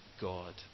God